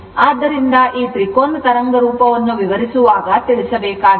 ಆದ್ದರಿಂದ ಈ ತ್ರಿಕೋನ ತರಂಗರೂಪವನ್ನು ವಿವರಿಸುವಾಗ ತಿಳಿಸಬೇಕಾಗಿತ್ತು